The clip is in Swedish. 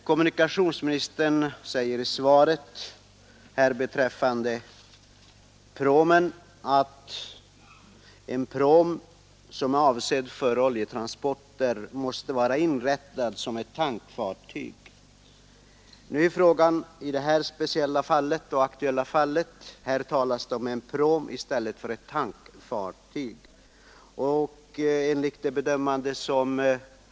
Kommunikationsministern säger i svaret att ”en pråm avsedd för oljetransporter måste vara inrättad som tankfartyg”. I det aktuella fallet talas det om en pråm och inte om ett tankfartyg.